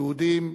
יהודים,